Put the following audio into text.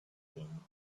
king